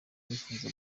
nifuza